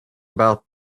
about